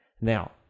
now